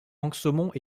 anxaumont